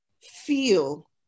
feel